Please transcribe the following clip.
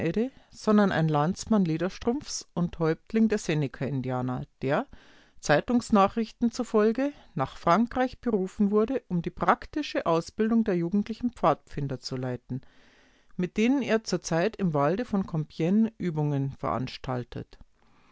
ein landsmann lederstrumpfs und häuptling der seneka-indianer der zeitungsnachrichten zufolge nach frankreich berufen wurde um die praktische ausbildung der jugendlichen pfadfinder zu leiten mit denen er zurzeit im walde von compigne übungen veranstaltet